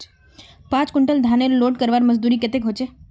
पाँच कुंटल धानेर लोड करवार मजदूरी कतेक होचए?